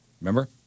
Remember